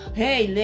hey